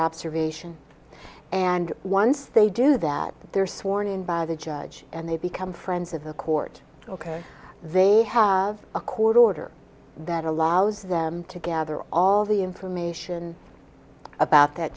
observation and once they do that they're sworn in by the judge and they become friends of the court ok they have a court order that allows them to gather all the information about that